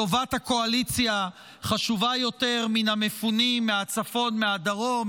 טובת הקואליציה חשובה יותר מן המפונים מהצפון ומהדרום,